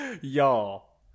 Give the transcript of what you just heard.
Y'all